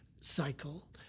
cycle